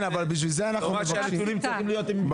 לא רק שהנתונים צריכים להיות ---,